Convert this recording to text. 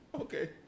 Okay